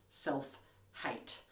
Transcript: self-hate